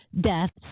deaths